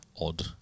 odd